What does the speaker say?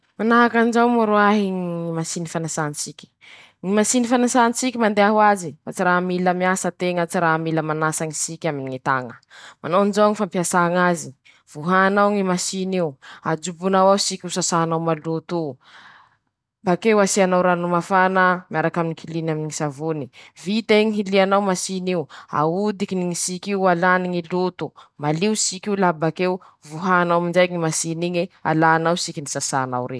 Manahaky anizao ñy fomba fikarakarà na ñy fañendaza ñatoly :-Laha i ro hatoly ketrehy aminy ñy rano mafana, ajobo añatiny ñy rano i,añatiny ñy folo minite lafa masaky alà ;manahaky anizay koa ñatolyñendasy amy lapoaly, alà ñy lapoaly asia menaky, kapohy ñatoly iñy, ajobo añatiny lapoaly iñy ao, avaliky laha bakeo alà lafa masaky, laha teña koa ro tsy tea atoly mikapoke, alà avao ñatoly iñy vakie ajobo añatiny ñy menaky iñy ao, alà laha bakeo.